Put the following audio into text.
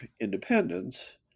independence